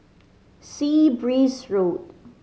Sea Breeze Road